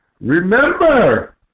Remember